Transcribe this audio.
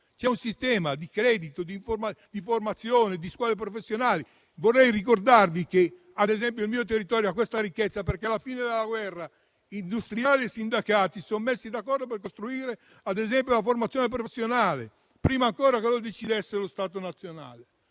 c'è un sistema, di credito, di formazione e di scuole professionali. Vorrei ricordare che, ad esempio, il mio territorio ha questa ricchezza perché, alla fine della guerra, industriali e sindacati si misero d'accordo per costruire la formazione professionale, prima ancora che lo decidesse lo Stato nazionale.